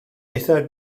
eithaf